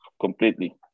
Completely